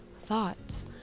thoughts